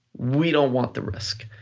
we don't want the risk.